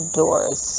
doors